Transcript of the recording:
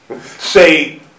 say